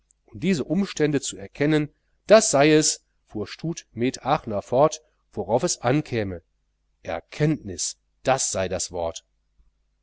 diese umstände zu erkennen das sei es fuhr stud med aachner fort worauf es ankäme erkenntnis das sei das wort